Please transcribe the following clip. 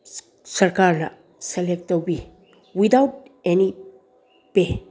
ꯁꯔꯀꯥꯔꯅ ꯁꯦꯂꯦꯛ ꯇꯧꯕꯤ without any ꯄꯦ